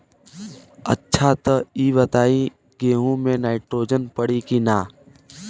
अच्छा त ई बताईं गेहूँ मे नाइट्रोजन पड़ी कि ना?